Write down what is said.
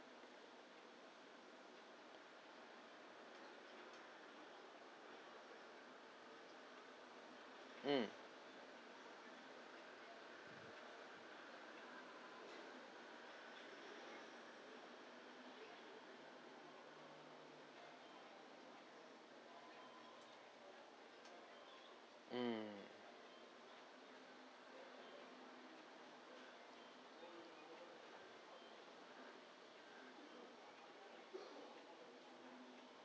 mm mm